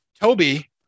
Toby